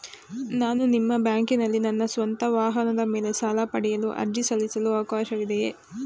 ನಾನು ನಿಮ್ಮ ಬ್ಯಾಂಕಿನಲ್ಲಿ ನನ್ನ ಸ್ವಂತ ವಾಹನದ ಮೇಲೆ ಸಾಲ ಪಡೆಯಲು ಅರ್ಜಿ ಸಲ್ಲಿಸಲು ಅವಕಾಶವಿದೆಯೇ?